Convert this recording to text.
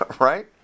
Right